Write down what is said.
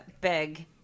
big